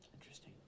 Interesting